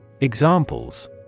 Examples